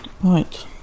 Right